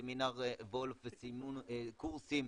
סמינר וולף וסיימו קורסים,